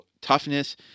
toughness